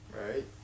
Right